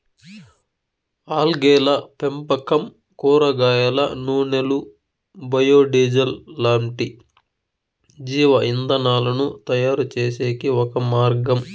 ఆల్గేల పెంపకం కూరగాయల నూనెలు, బయో డీజిల్ లాంటి జీవ ఇంధనాలను తయారుచేసేకి ఒక మార్గం